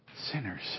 Sinners